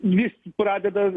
jis pradeda